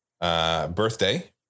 Birthday